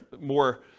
more